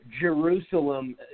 Jerusalem